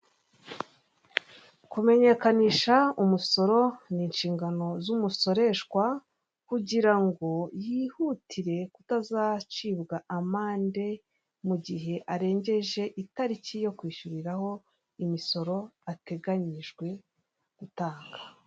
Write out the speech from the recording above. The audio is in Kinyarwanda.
Kumenyekanisha umusoro ni inshingano z' umusorehwa kugira ngo yihutire kudazacibwa amande mu gihe arengeje itariki yo kwishyuriraho imisoro ateganyijwe gutanga.